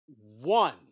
one